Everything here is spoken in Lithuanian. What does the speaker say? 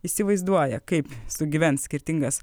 įsivaizduoja kaip sugyvens skirtingas